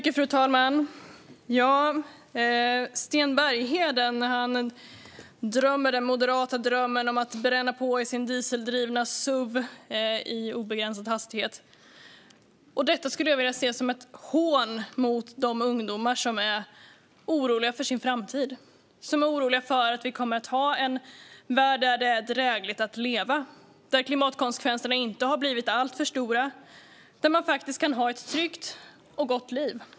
Fru talman! Sten Bergheden drömmer den moderata drömmen om att bränna på i sin dieseldrivna SUV i obegränsad hastighet. Detta ser jag som ett hån mot de ungdomar som är oroliga för sin framtid, som är oroliga för att vi inte kommer att ha en värld där det är drägligt att leva, där klimatkonsekvenserna inte har blivit alltför stora och där man faktiskt kan ha ett tryggt och gott liv.